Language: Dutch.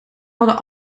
hadden